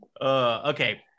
okay